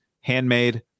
Handmade